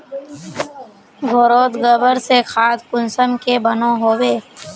घोरोत गबर से खाद कुंसम के बनो होबे?